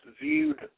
viewed